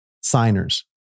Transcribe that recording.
signers